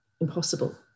impossible